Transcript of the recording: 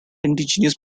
indigenous